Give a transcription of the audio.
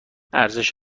ارزش